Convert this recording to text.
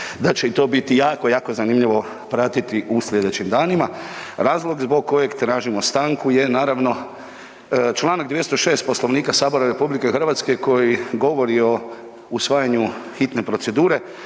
da će to biti jako, jako zanimljivo pratiti u sljedećim danima. Razlog zbog kojeg tražimo stanku je naravno čl. 206. Poslovnika HS-a koji govori o usvajanju hitne procedure,